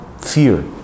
fear